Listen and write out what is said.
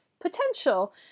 potential